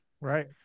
Right